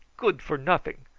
good for nothing!